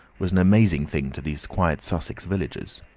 was an amazing thing to these quiet sussex villagers.